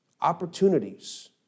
opportunities